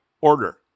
order